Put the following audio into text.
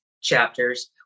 chapters